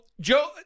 Joe